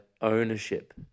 ownership